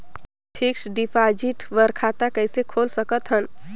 Fixed deposit बर खाता कइसे खोल सकत हन?